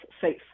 safe